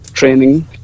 training